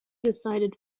decided